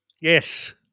Yes